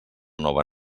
nova